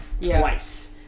twice